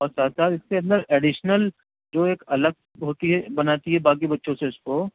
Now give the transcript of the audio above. اور ساتھ ساتھ اس کے اندر ایڈیشنل جو ایک الگ ہوتی ہے بناتی ہے باقی بچوں سے اس کو